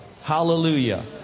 Hallelujah